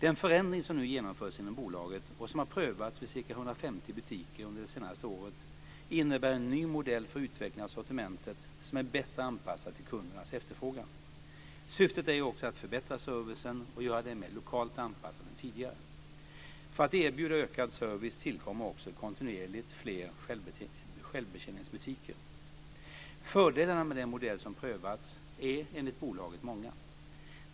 Den förändring som nu genomförs inom bolaget, och som har prövats vid ca 150 butiker under det senaste året, innebär en ny modell för utveckling av sortimentet som är bättre anpassad till kundernas efterfrågan. Syftet är också att förbättra servicen och göra den mer lokalt anpassad än tidigare. För att erbjuda ökad service tillkommer också kontinuerligt fler självbetjäningsbutiker. Fördelarna med den modell som prövats är enligt bolaget många.